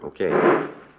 Okay